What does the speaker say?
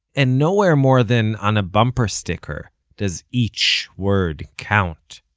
and nowhere more than on a bumper sticker does each word count.